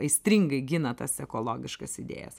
aistringai gina tas ekologiškas idėjas